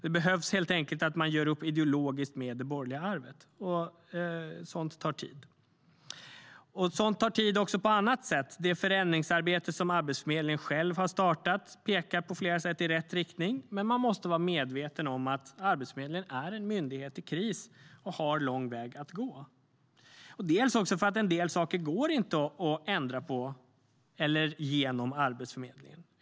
Det behövs helt enkelt att man gör upp ideologiskt med det borgerliga arvet, och sådant tar tid. En del saker går inte heller att ändra på genom Arbetsförmedlingen.